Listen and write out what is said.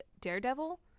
Daredevil